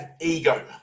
ego